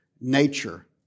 nature